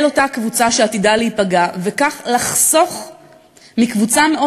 אל אותה קבוצה שעתידה להיפגע וכך לחסוך לקבוצה מאוד